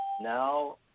now